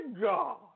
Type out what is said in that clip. God